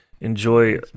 enjoy